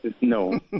No